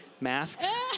masks